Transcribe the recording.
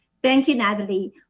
thank you, natalie.